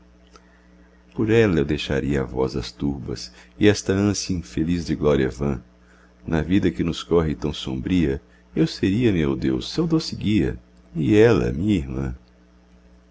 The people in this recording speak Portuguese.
por ela eu deixaria a voz das turbas e esta ânsia infeliz de gloria vã na vida que nos corre tão sombria eu seria meu deus seu doce guia e ela minha irmã